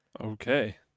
Okay